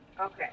Okay